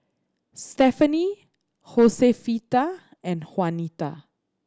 Stefanie Hosefita and Jaunita